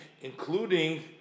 including